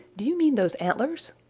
do you mean those antlers?